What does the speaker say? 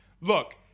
Look